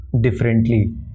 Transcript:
differently